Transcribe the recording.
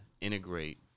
integrate